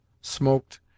smoked